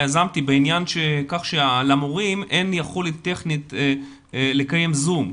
יזמתי בעניין שכך שלמורים אין יכולת טכנית לקיים זום,